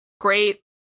great